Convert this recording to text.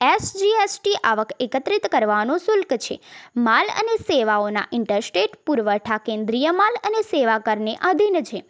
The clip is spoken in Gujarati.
એસ જી એસ ટી આવક એકત્રિત કરવાનું શુલ્ક છે માલ અને સેવાઓના ઇન્ટ્રાસ્ટેટ પુરવઠા કેન્દ્રીય માલ અને સેવા કરને આધીન છે